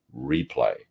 replay